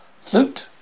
Flute